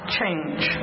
change